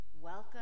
welcome